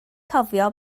cofio